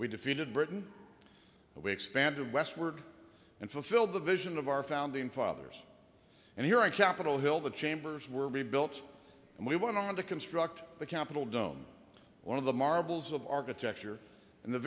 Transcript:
we defeated britain we expanded westward and fulfilled the vision of our founding fathers and here on capitol hill the chambers were rebuilt and we went on to construct the capitol dome one of the marvels of architecture and the